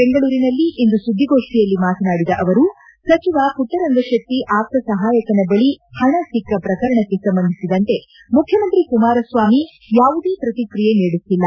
ಬೆಂಗಳೂರಿನಲ್ಲಿಂದು ಸುದ್ದಿಗೋಷ್ಠಿಯಲ್ಲಿ ಮಾತನಾಡಿದ ಅವರು ಸಚಿವ ಪುಟ್ಟರಂಗಶೆಟ್ಟ ಆಪ್ತ ಸಹಾಯಕನ ಬಳಿ ಹಣ ಸಿಕ್ಕ ಪ್ರಕರಣಕ್ಕೆ ಸಂಬಂಧಿಸಿದಂತೆ ಮುಖ್ಯಮಂತ್ರಿ ಕುಮಾರಸ್ವಾಮಿ ಯಾವುದೇ ಪ್ರಕ್ರಿಯೆ ನೀಡುತ್ತಿಲ್ಲ